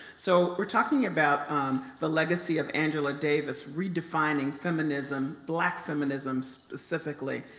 so we're talking about the legacy of angela davis redefining feminism, black feminism specifically,